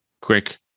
quick